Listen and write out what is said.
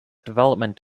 development